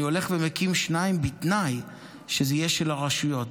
אני הולך ומקים שניים בתנאי שזה יהיה של הרשויות.